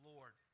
Lord